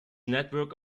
network